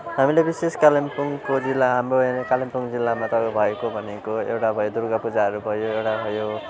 हामीले विशेष कालिम्पोङको जिल्ला हाम्रो यहाँ कालिम्पोङ जिल्लामा तपाईँको भएको भनेको एउटा भयो दुर्गापूजाहरू भयो एउटा भयो